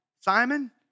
Simon